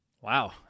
wow